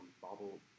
bubble